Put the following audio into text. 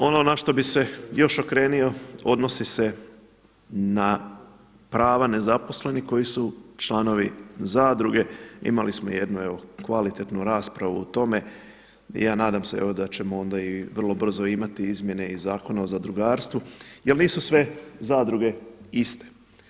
Ono na što bih se još osvrnuo odnosi se na prava nezaposlenih koji su članovi zadruge, imali smo jednu, evo kvalitetnu raspravu o tome i ja nadam se evo da ćemo onda i vrlo brzo imati izmjene i Zakona o zadrugarstvu jer nisu sve zadruge iste.